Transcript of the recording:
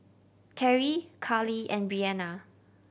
Cary Karlee and Breanna